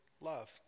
love